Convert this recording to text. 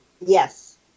Yes